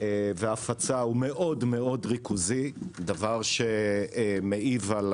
וההפצה הוא מאוד מאוד ריכוזי, דבר שמעיב על